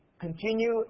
continue